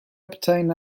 obtain